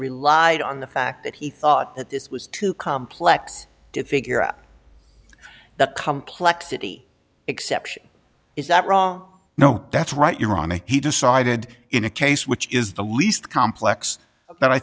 relied on the fact that he thought that this was too complex to figure the complexity exception is that wrong no that's right you're wrong he decided in a case which is the least complex